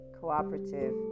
cooperative